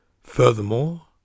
Furthermore